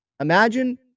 Imagine